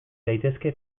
daitezke